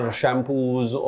shampoos